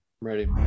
Ready